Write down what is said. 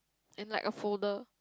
in like a folder